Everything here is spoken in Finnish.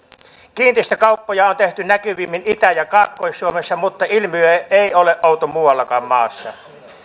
kiinteistökauppoja on tehty näkyvimmin itä ja kaakkois suomessa mutta ilmiö ei ole outo muuallakaan maassa